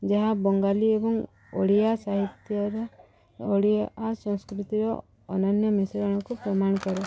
ଯାହା ବଙ୍ଗାଳୀ ଏବଂ ଓଡ଼ିଆ ସାହିତ୍ୟର ଓଡ଼ିଆ ସଂସ୍କୃତିର ଅନନ୍ୟ ମିଶ୍ରଣକୁ ପ୍ରମାଣ କରେ